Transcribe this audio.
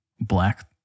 black